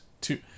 Two